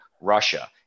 Russia